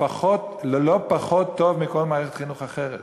לפחות ללא פחות טוב מכל מערכת חינוך אחרת,